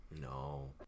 no